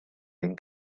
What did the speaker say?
ein